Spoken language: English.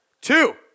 Two